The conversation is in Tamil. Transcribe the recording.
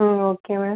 ம் ஓகே மேம்